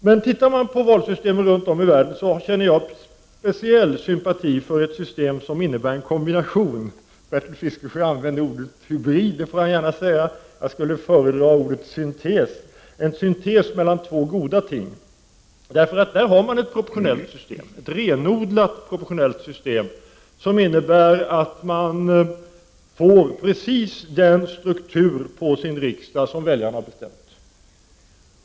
När jag ser på valsystemen runt om i världen känner jag en speciell sympati för ett system som är en syntes — Bertil Fiskesjö använder ordet hybrid, men jag skulle föredra ordet syntes — av två goda ting. Det är fråga om ett renodlat proportionellt system, som leder till att man får precis den struktur på sin riksdag som väljarna har bestämt.